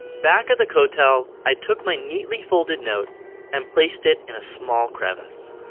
back at the kotel i took my neatly folded note and placed it in a small crevice.